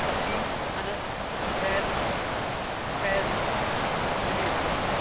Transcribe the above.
تسلیم انس زید فیض جنید